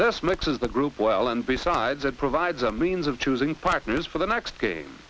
this mix is the group well and besides it provides a means of choosing partners for the next game